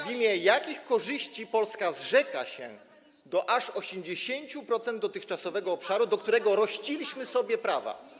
w imię jakich korzyści Polska zrzeka się do aż 80% dotychczasowego obszaru, do którego rościliśmy sobie prawa.